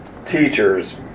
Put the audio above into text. teachers